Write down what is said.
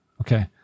Okay